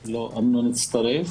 בני זוג זה בצד ההומניטרי.